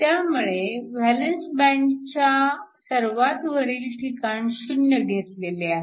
त्यामुळे व्हॅलन्स बँडच्या सर्वात वरील ठिकाण 0 घेतले आहे